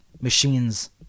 machines